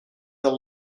the